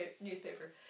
newspaper